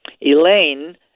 Elaine